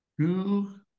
Two